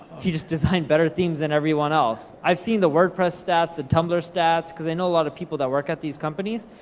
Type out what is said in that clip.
he just designed better themes than everyone else. i've seen the wordpress stats, the tumblr stats, cause i know a lot of people that work at these companies,